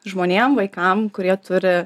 žmonėm vaikam kurie turi